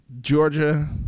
Georgia